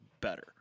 better